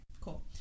Cool